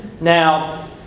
Now